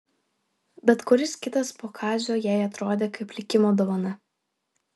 bet kuris kitas po kazio jai atrodė kaip likimo dovana